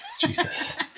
Jesus